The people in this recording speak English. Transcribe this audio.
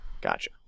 Gotcha